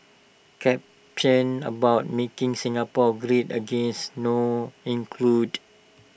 caption about making Singapore great again not included